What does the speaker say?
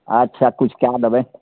अच्छा किछु कए देबै